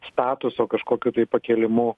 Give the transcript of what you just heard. statuso kažkokiu tai pakėlimu